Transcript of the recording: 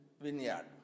vineyard